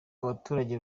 abaturage